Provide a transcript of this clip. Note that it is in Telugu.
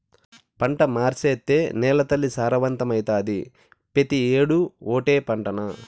పంట మార్సేత్తే నేలతల్లి సారవంతమైతాది, పెతీ ఏడూ ఓటే పంటనా